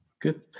Good